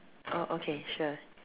oh okay sure